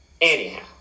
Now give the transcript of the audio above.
Anyhow